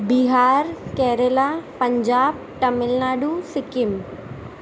Bihar Kerala Punjab Tamil Nadu Sikkim